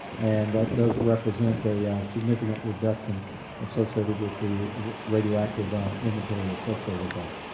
and that does represent a significant reduction associated with the radioactive inventory associated with that.